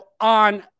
on